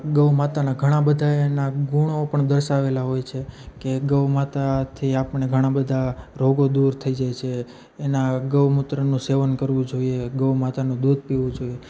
ગૌમાતાના ઘણાં બધાં એના ગુણો દર્શાવેલા હોય છે કે ગૌમાતાથી આપણા ઘણાં બધાં રોગો દૂર થઈ જાય છે એના ગૌમૂત્રનું સેવન કરવું જોઈએ ગૌ માતાનું દૂધ પીવું જોઈએ